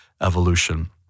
Evolution